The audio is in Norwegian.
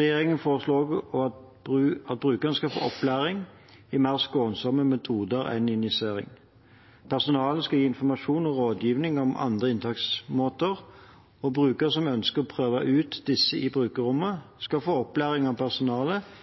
Regjeringen foreslår også at brukerne skal få opplæring i mer skånsomme metoder enn injisering. Personalet skal gi informasjon og rådgivning om andre inntaksmåter, og brukere som ønsker å prøve ut disse i brukerrommene, skal få opplæring av personalet